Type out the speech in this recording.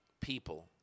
people